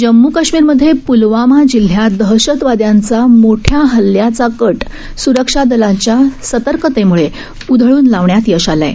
जम्म् काश्मीरमध्ये प्लवामा जिल्ह्यात दहशतवाद्यांचा मोठ्या हल्ल्याचा कट स्रक्षा दलांच्या सतर्कतेमुळे उधळून लावण्यात यश आलं आहे